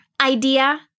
idea